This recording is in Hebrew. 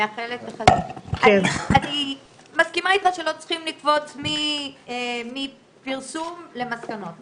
אני מסכימה איתך שלא צריך לקפוץ מפרסום למסקנות,